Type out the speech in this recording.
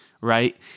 Right